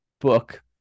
book